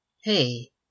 Hey